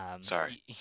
sorry